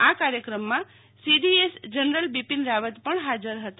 આ કાર્યક્રમમાં CDS general Bipin Rawat પણ હાજર રહ્યા હતા